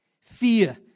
Fear